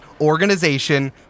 organization